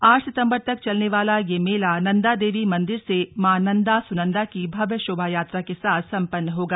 आठ सिंतबर तक चलने वाला यह मेला नन्दा देवी मंदिर से माँ नन्दा सुनन्दा की भव्य शोभायात्रा के साथ सम्पन्न होगा